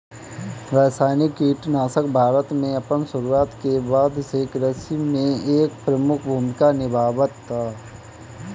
रासायनिक कीटनाशक भारत में अपन शुरुआत के बाद से कृषि में एक प्रमुख भूमिका निभावता